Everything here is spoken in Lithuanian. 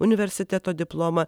universiteto diplomą